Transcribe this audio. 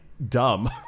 dumb